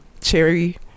cherry